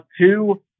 two